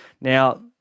Now